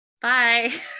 bye